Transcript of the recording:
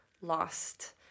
lost